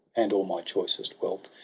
and all my choicest weakh,